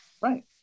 Right